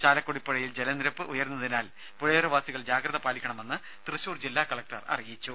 ചാലക്കുടി പുഴയിൽ ജലനിരപ്പുയരുന്നതിനാൽ പുഴയോര വാസികൾ ജാഗ്രത പാലിക്കണമെന്ന് തൃശൂർ ജില്ലാ കളക്ടർ അറിയിച്ചു